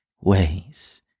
ways